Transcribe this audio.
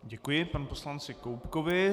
Děkuji pan poslanci Koubkovi.